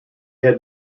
had